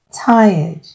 tired